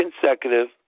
consecutive